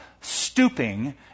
Stooping